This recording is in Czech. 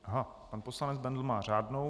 Aha, pan poslanec Bendl má řádnou.